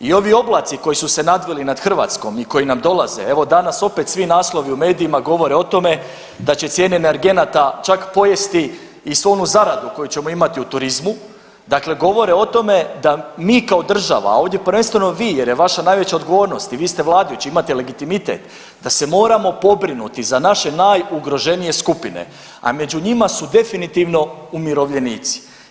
I ovi oblaci koji su se nadvili nad Hrvatskom i koji nam dolaze, evo danas opet svi naslovi u medijima govore o tome da će cijene energenata čak pojesti i svu onu zaradu koju ćemo imati u turizmu, dakle govore o tome da mi kao država, ovdje prvenstveno vi jer je vaša najveća odgovornost i vi ste vladajući, imate legitimitet da se moramo pobrinuti za naše najugroženije skupine, a među njima su definitivno umirovljenici.